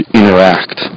interact